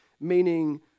meaning